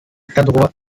fernrohr